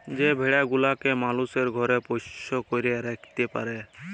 যে ভেড়া গুলাকে মালুস ঘরে পোষ্য করে রাখত্যে পারে